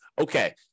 okay